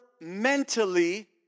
mentally